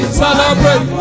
celebrate